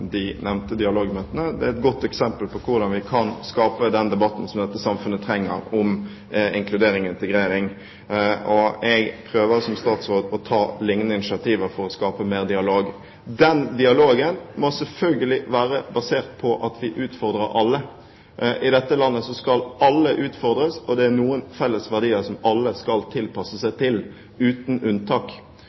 de nevnte dialogmøtene. Det er et godt eksempel på hvordan vi kan skape den debatten om inkludering og integrering som dette samfunnet trenger. Jeg prøver som statsråd å ta lignende initiativer for å skape mer dialog. Den dialogen må selvfølgelig være basert på at vi utfordrer alle. I dette landet skal alle utfordres, og det er noen felles verdier som alle skal tilpasse seg til, uten unntak.